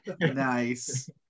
Nice